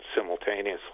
simultaneously